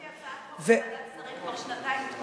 יש לי הצעת חוק בוועדת שרים, כבר שנתיים תקועה.